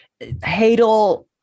Hadel